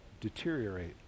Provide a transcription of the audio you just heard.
deteriorate